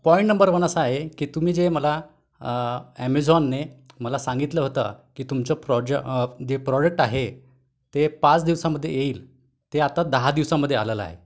point number one असा आहे की तुम्ही जे मला ॲमेझॉनने मला सांगितलं होतं की तुमचं प्रॉज्य जे प्रॉडक्ट आहे ते पाच दिवसामध्ये येईल ते आता दहा दिवसामध्ये आलेलं आहे